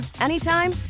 anytime